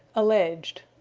alleged.